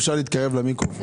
אם אפשר להתקרב למיקרופון.